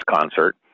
concert